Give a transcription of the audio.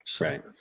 Right